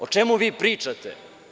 O čemu vi pričate?